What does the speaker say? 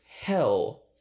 hell